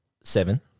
Seven